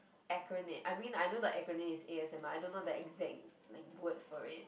acronym I mean I know the acronym is a_s_m_r I don't know the exact like word for it